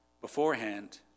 beforehand